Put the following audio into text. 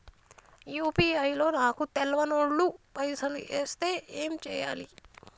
UPI లో నాకు తెల్వనోళ్లు పైసల్ ఎస్తే ఏం చేయాలి?